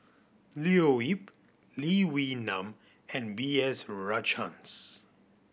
Leo Yip Lee Wee Nam and B S Rajhans